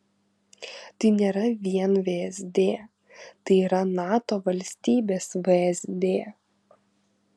tai nėra vien vsd tai yra nato valstybės vsd